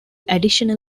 additional